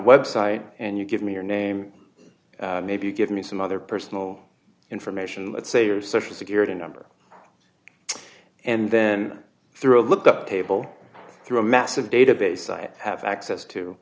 website and you give me your name maybe you give me some other personal information let's say your social security number and then through a look up table through a massive database i have access to